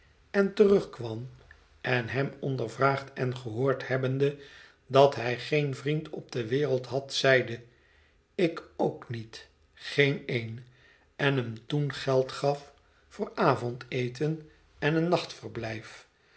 en terugkwam en hem ondervraagd en gehoord hebbende dat hij geen vriend op de wereld had zeide ik ook niet geen een en hem toen geld gaf voor avondeten en een